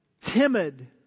timid